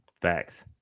Facts